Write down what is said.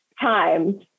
time